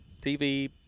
TV